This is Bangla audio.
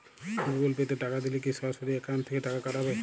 গুগল পে তে টাকা দিলে কি সরাসরি অ্যাকাউন্ট থেকে টাকা কাটাবে?